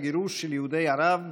היציאה והגירוש של יהודי ערב ואיראן.